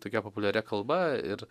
tokia populiaria kalba ir